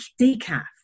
decaf